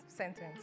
sentence